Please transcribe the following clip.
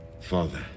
father